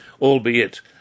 albeit